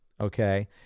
okay